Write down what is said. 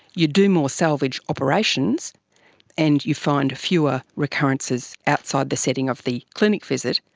you do more salvage operations and you find fewer recurrences outside the setting of the clinic visit,